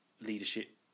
leadership